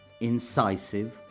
incisive